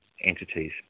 entities